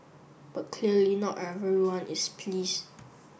but clearly not everyone is pleased